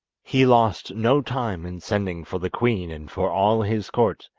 he lost no time in sending for the queen and for all his court,